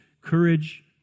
courage